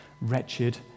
wretched